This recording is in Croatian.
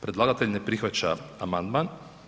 Predlagatelj ne prihvaća amandman.